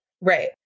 Right